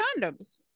condoms